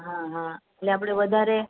હા હા એટલે આપડે વધારે